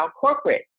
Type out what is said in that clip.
corporate